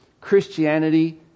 Christianity